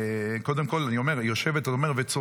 קודם כול, אני אומר, היא יושבת וצופה.